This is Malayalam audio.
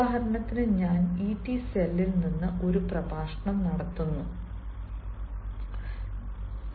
ഉദാഹരണത്തിന് ഞാൻ ET സെല്ലിൽ നിന്ന് ഒരു പ്രഭാഷണം നടത്തുന്നു അല്ലേ